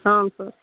ಹಾಂ ಸರ್